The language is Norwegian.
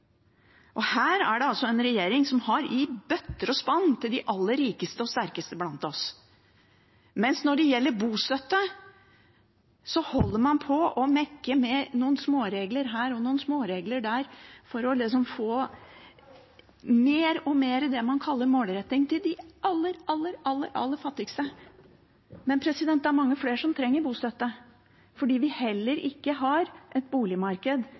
Her er det en regjering som har i bøtter og spann til de aller rikeste og sterkeste blant oss, men når det gjelder bostøtte, holder man på med å mekke med noen småregler her og noen småregler der for å få mer og mer av det man kaller målretting til de aller, aller, aller fattigste. Men det er mange flere som trenger bostøtte, for vi har heller ikke et boligmarked